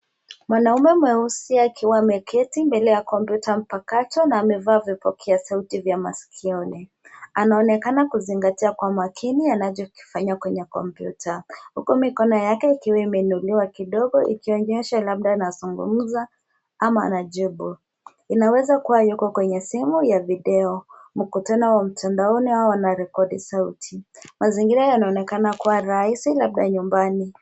Mwanamume mweusi akiwa ameketi mbele ya kompyuta mpakato na amevaa vipokea sauti vya masikioni. Anaonekana kuzingatia kwa makini anachokifanya kwenye kompyuta, huku mikono yake ikiwa imeinuliwa kidogo ikionyesha labda anazungumza ama anajibu. Inaweza kuwa yuko kwenye simu ya video, mkutano wa mtandaoni au wanarekodi sauti. Mazingira yanaonekana kuwa rahisi labda nyumbani.